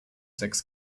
sechs